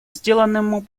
сделанному